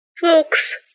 Folks